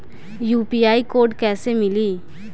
UPI code कैसे मिली?